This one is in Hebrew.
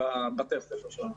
בבתי הספר שלנו.